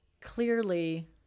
Clearly